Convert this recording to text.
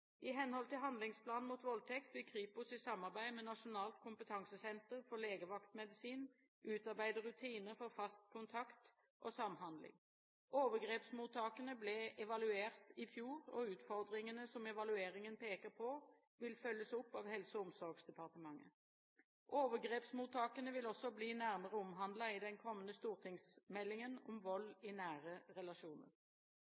I henhold til handlingsplanen mot voldtekt vil Kripos i samarbeid med Nasjonalt kompetansesenter for legevaktmedisin utarbeide rutiner for fast kontakt og samhandling. Overgrepsmottakene ble evaluert i fjor, og utfordringene som evalueringen peker på, vil følges opp av Helse- og omsorgsdepartementet. Overgrepsmottakene vil også bli nærmere omhandlet i den kommende stortingsmeldingen om